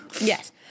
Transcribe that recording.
yes